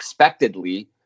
expectedly